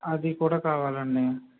అది కూడా కావాలండి